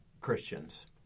Christians